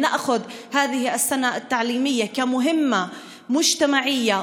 אני לא מסתמכת רבות על המסלול החדש של משרד החינוך והתרבות.